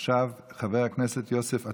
עכשיו חבר הכנסת יוסף עטאונה.